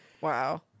Wow